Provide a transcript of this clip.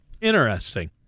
Interesting